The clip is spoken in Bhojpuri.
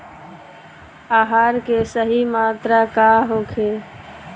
आहार के सही मात्रा का होखे?